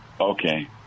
okay